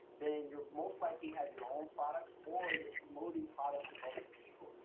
then you're most likely have your own products or you're promoting products of other people,